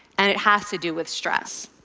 and it has to do with stress.